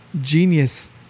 genius